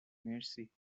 مرسی